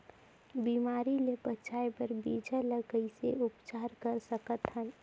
बिमारी ले बचाय बर बीजा ल कइसे उपचार कर सकत हन?